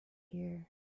here